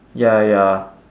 ya ya